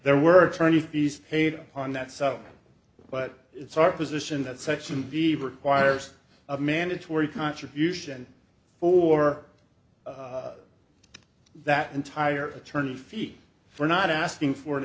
there were attorney fees paid on that sub but it's our position that section b requires a mandatory contribution for that entire attorney fees for not asking for an